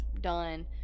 done